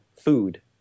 food